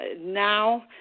now